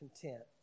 content